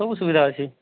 ସବୁ ସୁବିଧା ଅଛି